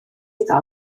iddo